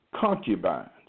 concubines